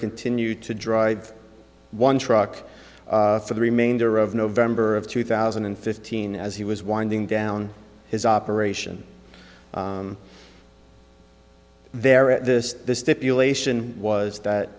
continue to drive one truck for the remainder of november of two thousand and fifteen as he was winding down his operation there at this stipulation was that